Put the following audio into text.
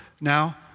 now